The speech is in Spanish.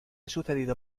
sucedido